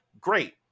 great